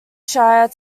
shire